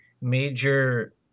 major